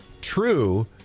True